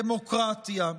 דמוקרטיה.